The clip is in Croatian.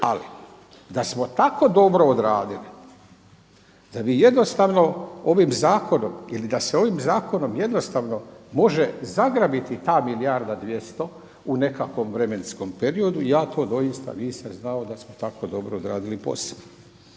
Ali, da smo tako dobro odradili, da bi jednostavno ovim zakonom, ili da se ovim zakonom jednostavno može zagrabiti ta milijarda dvjesto u nekakvom vremenskom periodu, ja to doista nisam znao da smo tako dobro odradili posao.